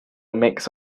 mix